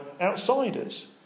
outsiders